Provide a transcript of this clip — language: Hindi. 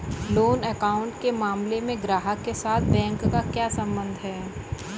लोन अकाउंट के मामले में ग्राहक के साथ बैंक का क्या संबंध है?